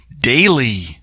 daily